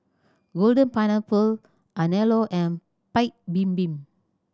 Golden Pineapple Anello and Paik Bibim